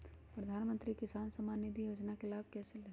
प्रधानमंत्री किसान समान निधि योजना का लाभ कैसे ले?